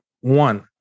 one